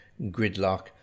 gridlock